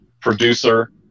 producer